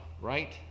right